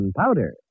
powder